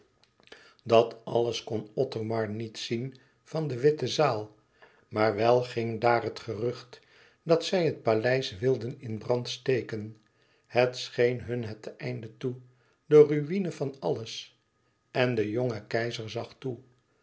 dat alles kon othomar niet zien van de witte zaal maar wel ging daar het gerucht dat zij het paleis wilden in brand steken het scheen hun het einde toe de ruïne van alles en de jonge keizer zag toe